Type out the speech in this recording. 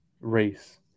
race